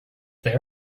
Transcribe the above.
there